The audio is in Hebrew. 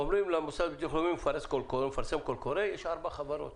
המוסד לביטוח לאומי מפרסם קול קורא, יש ארבע חברות